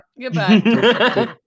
Goodbye